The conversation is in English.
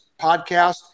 podcast